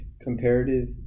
comparative